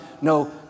No